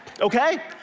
okay